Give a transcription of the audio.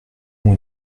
ont